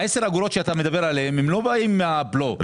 העשר אגורות שאתה מדבר עליהן לא באות מהבלו,